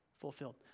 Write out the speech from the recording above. fulfilled